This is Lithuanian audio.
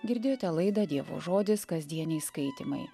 girdėjote laidą dievo žodis kasdieniai skaitymai